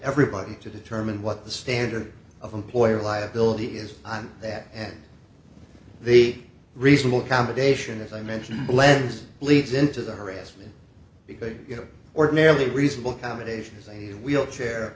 everybody to determine what the standard of employer liability is on that and the reasonable accommodation as i mentioned blends bleeds into the harassment because you know ordinarily a reasonable accommodation is a wheelchair